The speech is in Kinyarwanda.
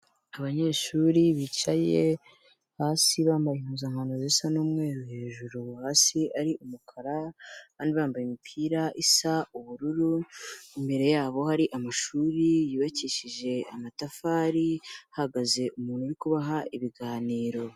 Abanyeshuri bicaye hasi bambaye impuzankano zisa n'umweru hejuru hasi ari umukara, bari bambaye imipira isa ubururu, imbere yabo hari amashuri yubakishije amatafari hahagaze umuntu uri kubaha ibiganiro.